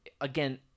again